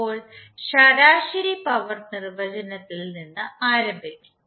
ഇപ്പോൾ ശരാശരി പവർ നിർവചനത്തിൽ നിന്ന് ആരംഭിക്കാം